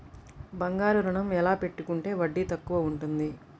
బంగారు ఋణం ఎలా పెట్టుకుంటే వడ్డీ తక్కువ ఉంటుంది?